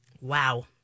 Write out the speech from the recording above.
Wow